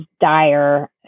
dire